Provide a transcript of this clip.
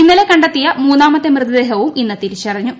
ഇന്നലെ കണ്ടെത്തിയ മൂന്നാമത്തെ മൃതദേഹവും ഇന്ന് തിരിച്ചറിഞ്ഞു